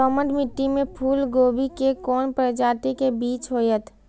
दोमट मिट्टी में फूल गोभी के कोन प्रजाति के बीज होयत?